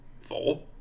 four